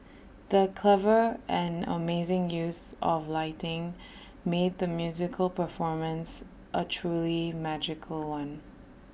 the clever and amazing use of lighting made the musical performance A truly magical one